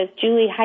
Julie